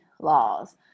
laws